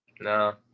No